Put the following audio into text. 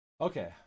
Okay